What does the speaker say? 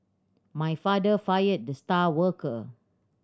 my father fired the star worker